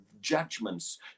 judgments